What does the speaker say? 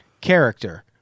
character